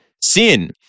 Sin